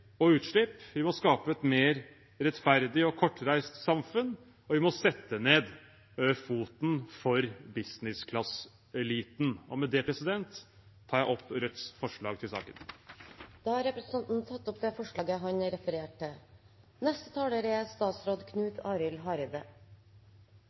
og utslipp. Vi må skape et mer rettferdig og kortreist samfunn, og vi må sette ned foten for «business class»-eliten. Med det tar jeg opp Rødts forslag i saken. Representanten Bjørnar Moxnes har tatt opp det forslaget han refererte til.